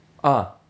ah